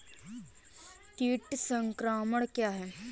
कीट संक्रमण क्या है?